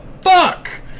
fuck